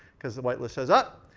because the white list says, ah